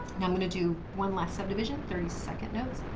now i'm going to do one last subdivision thirty second notes,